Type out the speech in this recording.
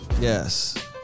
Yes